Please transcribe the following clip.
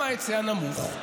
ולמה ההיצע נמוך?